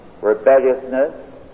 rebelliousness